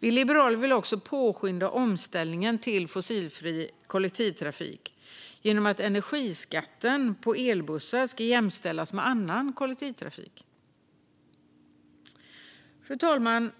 Vi vill också påskynda omställningen till fossilfri kollektivtrafik genom att energiskatten på elbussar jämställs med den på annan kollektivtrafik. Fru talman!